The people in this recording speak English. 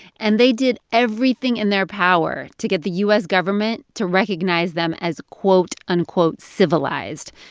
and they did everything in their power to get the u s. government to recognize them as, quote-unquote, civilized.